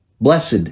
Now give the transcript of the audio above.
Blessed